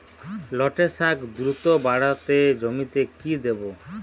লটে শাখ দ্রুত বাড়াতে জমিতে কি দেবো?